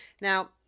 Now